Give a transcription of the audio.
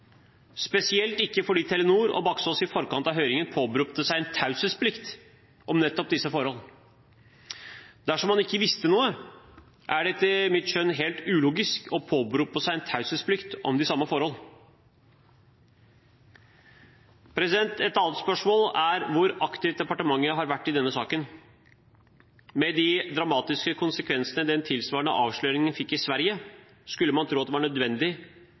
spesielt ikke fordi Telenor og Baksaas i forkant av høringen påberopte seg en taushetsplikt om nettopp disse forhold. Dersom man ikke visste noe, er det etter mitt skjønn helt ulogisk å påberope seg en taushetsplikt om de samme forhold. Et annet spørsmål er hvor aktivt departementet har vært i denne saken. Med de dramatiske konsekvensene den tilsvarende avsløringen fikk i Sverige, skulle man tro at det var nødvendig